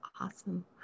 Awesome